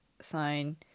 sign